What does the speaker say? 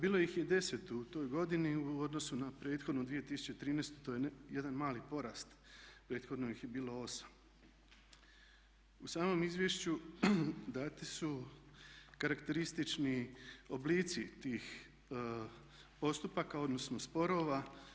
Bilo ih je 10 u toj godini u odnosu na prethodnu 2013.to je jedan mali porast, prethodno ih je bilo 8. U samom izvješću dati su karakteristični oblici tih postupaka odnosno sporova.